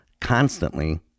constantly